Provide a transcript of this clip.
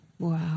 Wow